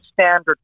standard